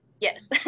Yes